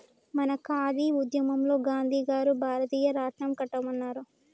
మన ఖాదీ ఉద్యమంలో గాంధీ గారు భారతీయ రాట్నం కట్టమన్నారు